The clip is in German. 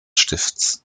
stifts